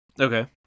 Okay